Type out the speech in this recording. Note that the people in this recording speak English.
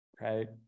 Right